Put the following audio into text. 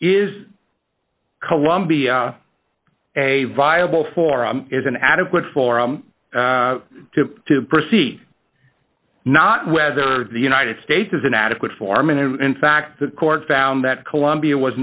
is columbia a viable forum is an adequate forum to proceed not whether the united states has an adequate farm and in fact the court found that columbia was